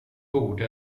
borde